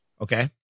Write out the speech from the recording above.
Okay